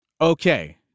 Okay